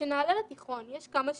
כשנעלה לתיכון יש כמה שאלות,